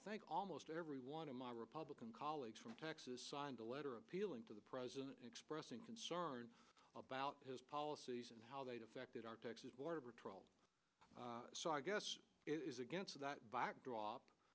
think almost every one of my republican colleagues from texas signed a letter appealing to the president expressing concern about his policies and how they affected our border patrol so i guess it is against that backdrop